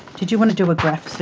did you want to do a graph